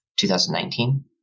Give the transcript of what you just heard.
2019